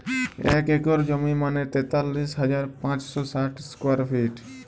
এক একর জমি মানে তেতাল্লিশ হাজার পাঁচশ ষাট স্কোয়ার ফিট